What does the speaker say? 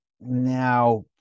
now